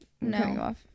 no